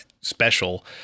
special